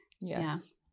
Yes